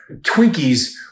Twinkies